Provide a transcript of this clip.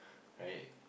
right